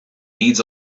needs